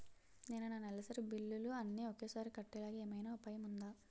నేను నా నెలసరి బిల్లులు అన్ని ఒకేసారి కట్టేలాగా ఏమైనా ఉపాయం ఉందా?